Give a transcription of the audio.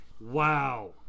wow